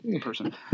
person